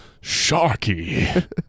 Sharky